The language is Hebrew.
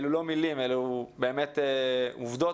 אלה לא מילים, אלה באמת עובדות.